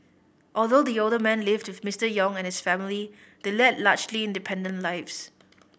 although the older man lived with Mister Yong and his family they led largely independent lives